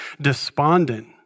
despondent